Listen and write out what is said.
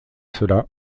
cela